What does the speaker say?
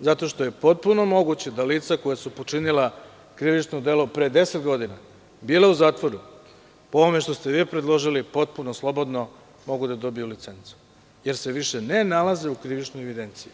zato što je potpuno moguće da lica koja su počinila krivično delo pre deset godina, bili u zakonu, po ovome što ste vi predložili, potpuno slobodno mogu da dobiju licencu, jer se više ne nalaze u krivičnoj evidenciji.